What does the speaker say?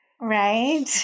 Right